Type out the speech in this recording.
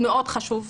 מאוד חשוב.